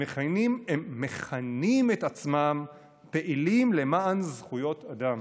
הם מכנים את עצמם "פעילים למען זכויות אדם",